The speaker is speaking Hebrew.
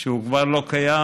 שהוא כבר לא קיים,